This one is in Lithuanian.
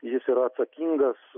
jis yra atsakingas